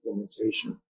implementation